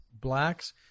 blacks